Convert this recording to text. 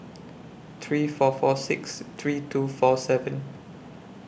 three four four six three two four seven